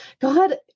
God